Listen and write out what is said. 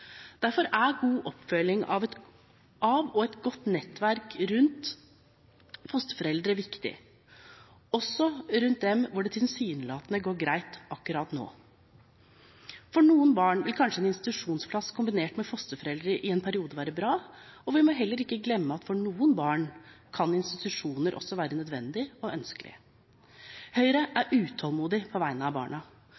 Derfor er god oppfølging av og et godt nettverk rundt fosterforeldre viktig, også rundt dem som det tilsynelatende går greit med akkurat nå. For noen barn vil kanskje en institusjonsplass kombinert med fosterforeldre i en periode være bra. Vi må heller ikke glemme at for noen barn kan institusjoner også være nødvendig og ønskelig. Høyre er